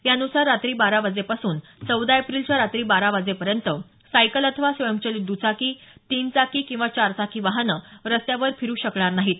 यानुसार रात्री रात्री बारा वाजेपासून चौदा एप्रिलच्या रात्री बारा वाजेपर्यंत सायकल अथवा स्वयंचलित द्चाकी तीनचाकी किंवा चारचाकी वाहनं रस्त्यावर फिरू शकणार नाहीत